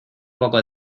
poco